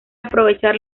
aprovechar